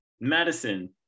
madison